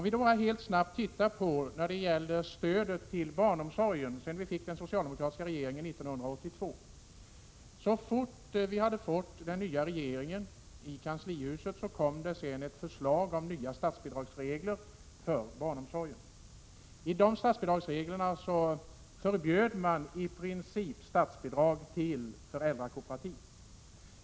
Vi kan först se på stödet till barnomsorgen sedan vi fick den socialdemokratiska regeringen 1982. Så fort vi hade fått en ny regering i kanslihuset kom det ett förslag om nya statsbidragsregler för barnomsorgen. I de reglerna förbjöd man i princip statsbidrag till föräldrakooperativ.